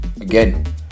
Again